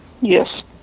Yes